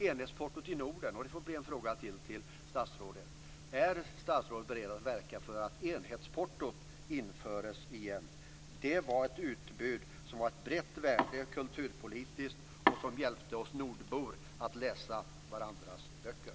En annan fråga till statsrådet gäller enhetsportot i Norden. Är statsrådet beredd att verka för att enhetsportot införs igen? Det var en möjlighet som var att ett brett kulturpolitiskt värde och som hjälpte oss nordbor att läsa varandras böcker.